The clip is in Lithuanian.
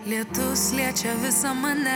lietus liečia visą mane